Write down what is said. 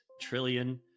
trillion